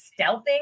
stealthing